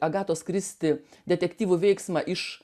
agatos kristi detektyvų veiksmą iš